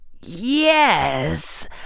Yes